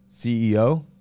ceo